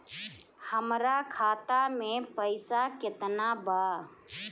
हमरा खाता में पइसा केतना बा?